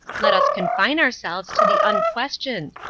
let us confine ourselves to the unquestioned.